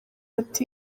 ati